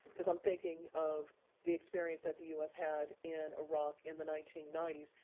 because i'm thinking of the experience that the u s. had in iraq in the nineteen ninety s.